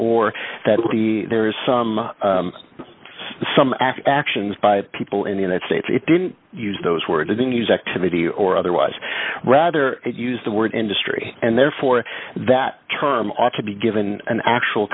or that there is some some after actions by people in the united states it didn't use those words and then use activity or otherwise rather it used the word industry and therefore that term ought to be given an actual